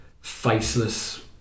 faceless